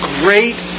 great